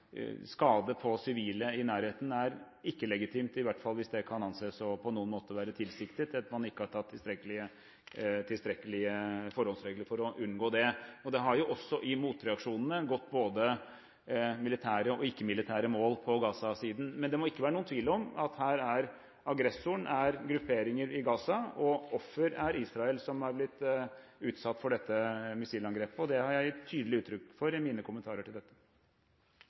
Skade på sivile i nærheten er ikke legitimt, i hvert fall hvis det kan anses på noen måte å være tilsiktet, at man ikke har tatt tilstrekkelige forholdsregler for å unngå det. Det har jo også i motreaksjonene gått både militære og ikke-militære mål på Gaza-siden. Men det må ikke være noen tvil om at aggressoren her er grupperinger i Gaza og offeret er Israel, som har blitt utsatt for dette missilangrepet, og det har jeg gitt tydelig uttrykk for i mine kommentarer til dette.